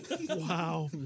Wow